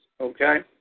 Okay